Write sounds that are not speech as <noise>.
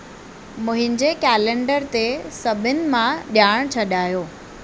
मुंहिंजे कैलेंडर ते सभिनी मां <unintelligible> छॾायो